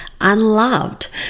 unloved